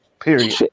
Period